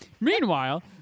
Meanwhile